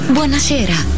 Buonasera